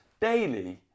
daily